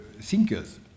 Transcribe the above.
thinkers